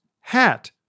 hat